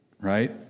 right